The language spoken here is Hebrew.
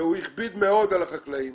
והוא הכביד מאוד על החקלאים,